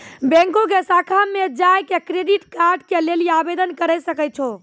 बैंको के शाखा मे जाय के क्रेडिट कार्ड के लेली आवेदन करे सकै छो